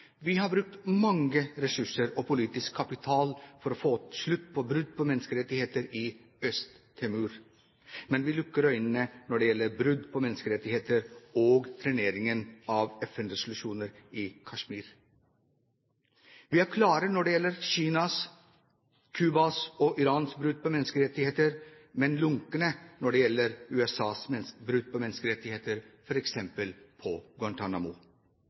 Vi har brukt mange ressurser og politisk kapital for å få slutt på brudd på menneskerettigheter i Øst-Timor, men vi lukker øynene når det gjelder brudd på menneskerettigheter og treneringen av FN-resolusjoner i Kashmir. Vi er klare når det gjelder Kinas, Cubas og Irans brudd på menneskerettigheter, men lunkne når det gjelder USAs brudd på menneskerettigheter, f.eks. på Guantanamo.